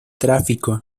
tráfico